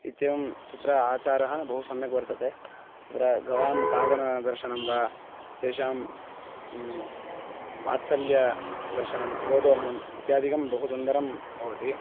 इत्येवं तत्र आचारः बहु सम्यक् वर्तते तत्र गवां खादनदर्शनं वा तेषां वात्सल्यदर्शनं गोदोहनम् इत्यादिकं बहु सुन्दरं भवति